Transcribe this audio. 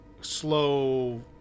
slow